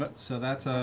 but so that's